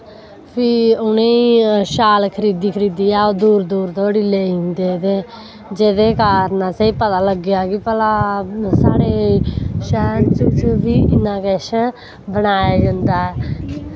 फ्ही उनेंई शैल खरीदी खरीदियै दूर दूर धोड़ी लेई जंदे ते जेह्दे कारण अलें पता लग्गेआ कि भला साढ़े शैह्र च बी इन्ना किश बनाया जंदा ऐ